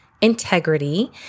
integrity